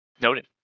Noted